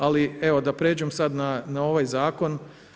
Ali evo, da prijeđem sad na ovaj Zakon.